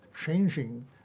changing